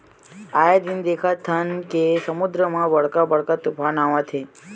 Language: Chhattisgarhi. आए दिन देखथन के समुद्दर म बड़का बड़का तुफान आवत हे